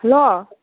hello